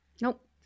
Nope